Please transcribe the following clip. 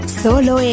solo